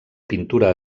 pintura